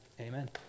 amen